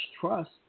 trust